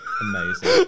Amazing